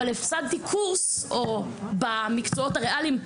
אבל הפסדתי קורס או במקצועות הריאליים,